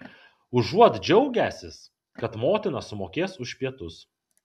užuot džiaugęsis kad motina sumokės už pietus